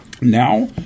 Now